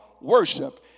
worship